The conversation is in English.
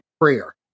prayer